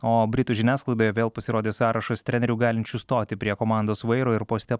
o britų žiniasklaidoje vėl pasirodė sąrašas trenerių galinčių stoti prie komandos vairo ir poste